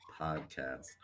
podcast